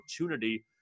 opportunity